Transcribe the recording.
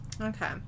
Okay